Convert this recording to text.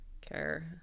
care